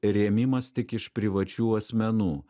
rėmimas tik iš privačių asmenų